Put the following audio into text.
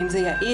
האם זה יעיל,